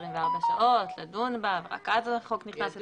24 שעות לדון בה ורק אז החוק נכנס לתוקף.